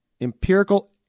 empirical